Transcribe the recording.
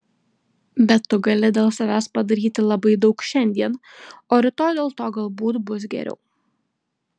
bet tu gali dėl savęs padaryti labai daug šiandien o rytoj dėl to galbūt bus geriau